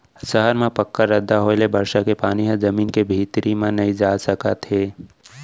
सहर म पक्का रद्दा होए ले बरसा के पानी ह जमीन के भीतरी म नइ जा सकत हे